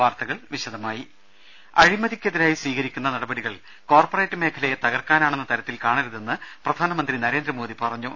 ള അ ഢ അഴിമതിക്കെതിരായി സ്വീകരിക്കുന്ന നടപടികൾ കോർപ്പറേറ്റ് മേഖലയെ തകർക്കാ നാണെന്ന തരത്തിൽ കാണരുതെന്ന് പ്രധാനമന്ത്രി നരേന്ദ്രമോദി പറഞ്ഞു